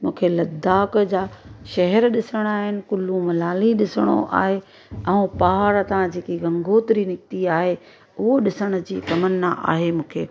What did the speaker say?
मूंखे लद्दाख़ जा शहर ॾिसणा आहिनि कुल्लू मनाली ॾिसणो आहे ऐं पहाड़ सां जेकी गंगोत्री निकती आहे उहो ॾिसण जी तमना आहे मूंखे